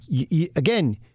again